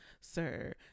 sir